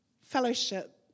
fellowship